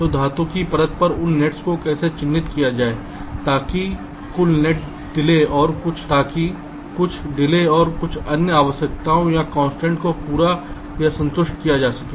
तो धातु की परत पर उन नेट्स को कैसे चित्रित किया जाए ताकि कुछ डिले और कुछ अन्य आवश्यकताओं या कंस्ट्रेंट्स को पूरा या संतुष्ट किया जा सके